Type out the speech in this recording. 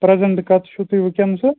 پرٛزَنٛٹہٕ کَتھ چھُو تُہۍ وُکٮ۪نَس حظ